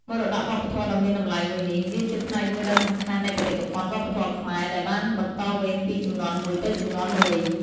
មរតកវប្បធម៌ដ៏មានតម្លៃមួយនេះ វាជាផ្នែកមួយដ៏សំខាន់នៃបេតិកភណ្ឌវប្បធម៌ខ្មែរ ដែលបានបន្តវេនពីជំនាន់មួយទៅជំនាន់មួយ។